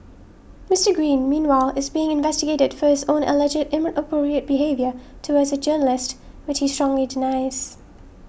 Mister Green meanwhile is being investigated for his own alleged inappropriate behaviour towards a journalist which he strongly denies